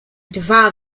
dwa